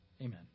Amen